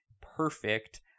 perfect